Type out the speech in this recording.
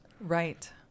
Right